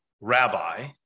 Rabbi